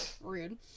Rude